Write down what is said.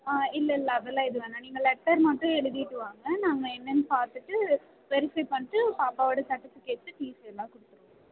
ஆ இல்லை இல்லை அதெல்லாம் எதுவும் வேணாம் நீங்கள் லெட்டர் மட்டும் எழுதிட்டு வாங்க நாங்கள் என்னனு பார்த்துட்டு வெரிஃபை பண்ணிவிட்டு பாப்பாவோடய செர்டிஃபிகேட்டுஸ்ஸு டிசி எல்லாம் கொடுத்துடுவோம்